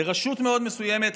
לרשות מאוד מסוימת,